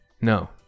No